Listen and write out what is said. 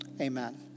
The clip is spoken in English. Amen